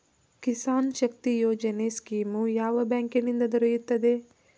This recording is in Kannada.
ಕಿಸಾನ್ ಶಕ್ತಿ ಯೋಜನೆ ಸ್ಕೀಮು ಯಾವ ಬ್ಯಾಂಕಿನಿಂದ ದೊರೆಯುತ್ತದೆ?